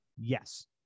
Yes